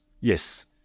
Yes